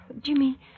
Jimmy